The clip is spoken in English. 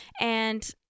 and-